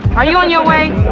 are you on your way?